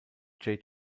jay